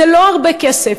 זה לא הרבה כסף.